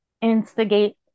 instigate